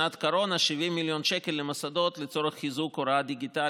שנת קורונה: 70 מיליון שקל למוסדות לצורך חיזוק הוראה דיגיטלית,